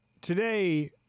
today